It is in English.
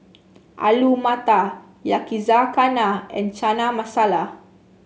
Alu Matar Yakizakana and Chana Masala